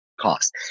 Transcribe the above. cost